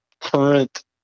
current